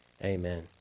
Amen